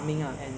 it's like